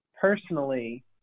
personally